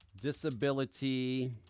disability